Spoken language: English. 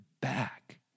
back